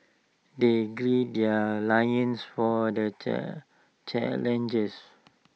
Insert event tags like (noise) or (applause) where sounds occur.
they glim their (unintelligible) for the turn challengers